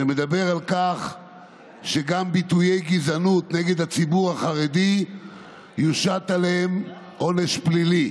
שמדברת על כך שגם על ביטויי גזענות נגד הציבור החרדי יושת עונש פלילי.